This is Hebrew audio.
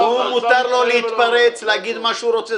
מותר לו להתפרץ, להגיד מה שהוא רוצה.